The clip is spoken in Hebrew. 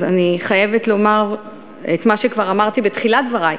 אני חייבת לומר את מה שכבר אמרתי בתחילת דברי.